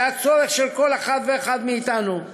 זה הצורך של כל אחת ואחד מאתנו,